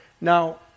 Now